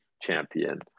champion